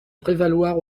prévaloir